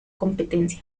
competencia